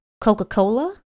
Coca-Cola